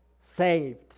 saved